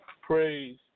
praise